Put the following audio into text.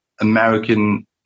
American